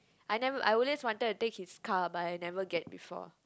I never I always wanted to take his car but I never get before